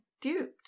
duped